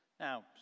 Now